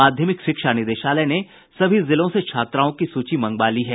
माध्यमिक शिक्षा निदेशालय ने सभी जिलों से छात्राओं की सूची मंगवा ली है